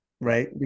right